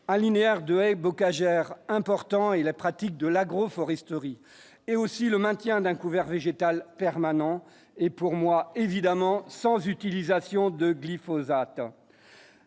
à linéaire de haies bocages important et la pratique de l'agroforesterie et aussi le maintien d'un couvert végétal permanent et pour moi, évidemment sans utilisations de glyphosate